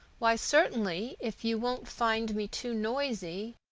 why, certainly, if you won't find me too noisy.